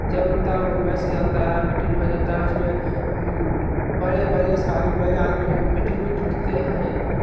जब मन तब मैसेज आता है मीटिंग हो जाता है उसमें बड़े बड़े बड़े आदमी मीटिंग में जुटते हैं